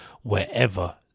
wherever